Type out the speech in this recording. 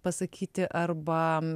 pasakyti arba